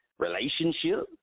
relationship